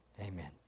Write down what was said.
Amen